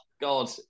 God